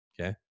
Okay